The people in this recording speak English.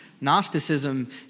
Gnosticism